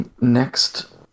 next